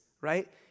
right